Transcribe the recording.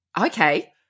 Okay